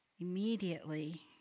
Immediately